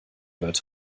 wird